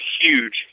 huge